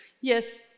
Yes